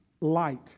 light